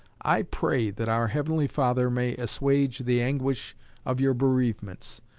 i pray that our heavenly father may assuage the anguish of your bereavements,